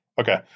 Okay